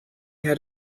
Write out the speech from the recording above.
had